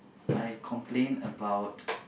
I complain about